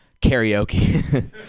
karaoke